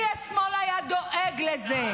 כי השמאל היה דואג לזה.